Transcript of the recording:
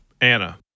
Anna